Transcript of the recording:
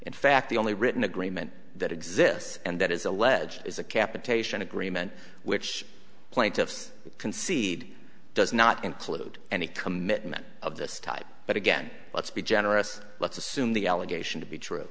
in fact the only written agreement that exists and that is alleged is a capitation agreement which plaintiffs concede does not include any commitment of this type but again let's be generous let's assume the allegation to be true